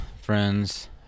friends